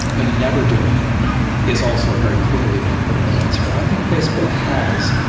but never doing it is also very clearly not the right answer. and i think facebook has,